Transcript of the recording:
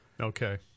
Okay